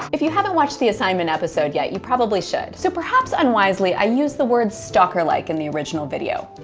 if you haven't watched the assignment episode yet, you probably should. so, perhaps unwisely, i used the word stalker-like in the original video.